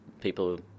people